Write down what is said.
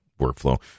workflow